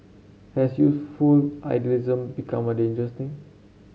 has youthful idealism become a danger thing